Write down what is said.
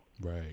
Right